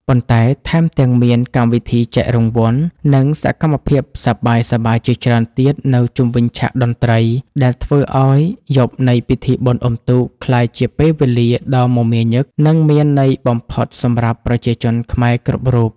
ប៉ុន្តែថែមទាំងមានកម្មវិធីចែករង្វាន់ និងសកម្មភាពសប្បាយៗជាច្រើនទៀតនៅជុំវិញឆាកតន្ត្រី ដែលធ្វើឱ្យយប់នៃពិធីបុណ្យអុំទូកក្លាយជាពេលវេលាដ៏មមាញឹក និងមានន័យបំផុតសម្រាប់ប្រជាជនខ្មែរគ្រប់រូប។